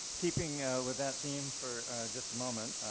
keeping with that theme for just a moment,